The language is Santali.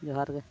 ᱡᱚᱦᱟᱨ ᱜᱮ